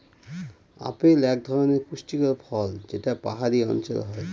apple এক ধরনের পুষ্টিকর ফল যেটা পাহাড়ি অঞ্চলে হয়